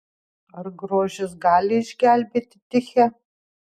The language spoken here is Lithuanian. ar grožis gali išgelbėti tichę